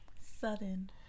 Sudden